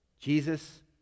Jesus